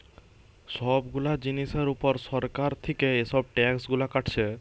সব গুলা জিনিসের উপর সরকার থিকে এসব ট্যাক্স গুলা কাটছে